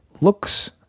looks